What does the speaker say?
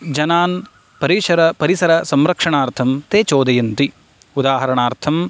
जनान् परीशर परिसरसरक्षणार्थं ते चोदयन्ति उदाहरणार्थम्